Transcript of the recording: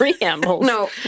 No